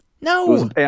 No